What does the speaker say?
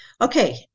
Okay